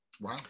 Wow